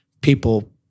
people